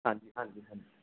ਹਾਂਜੀ ਹਾਂਜੀ ਹਾਂਜੀ